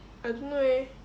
I don't know eh